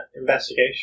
investigation